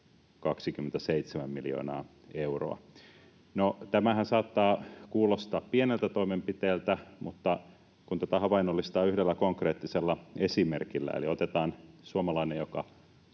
27 miljoonaa euroa. No tämähän saattaa kuulostaa pieneltä toimenpiteeltä, mutta kun tätä havainnollistaa yhdellä konkreettisella esimerkillä eli otetaan suomalainen, joka